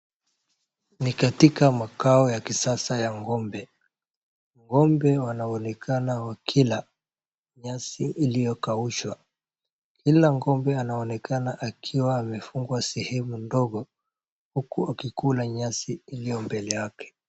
Ni katika makao ya kisasa ya ng'ombe, ng'ombe wanaonekana wakila nyasi iliyokaushwa, kila ng'ombe anaonekana akiwa amefungwa sehemu ndogo huku akikula nyasi iliyo mbele yake.